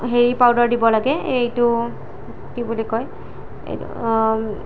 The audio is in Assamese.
হেৰি পাউদাৰ দিব লাগে এইটো কি বুলি কয়